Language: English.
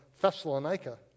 Thessalonica